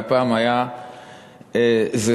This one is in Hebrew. והפעם הייתה זו